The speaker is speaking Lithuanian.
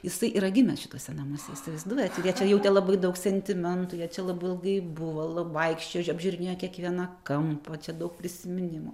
jisai yra gimęs šituose namuose įsivaizduojat ir jie čia jautė labai daug sentimentų jie čia labai ilgai buvo la vaikščiojo žiū apžiūrinėjo kiekvieną kampą čia daug prisiminimų